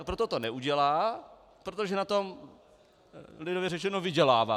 Proto to neudělá, protože na tom lidově řečeno vydělává.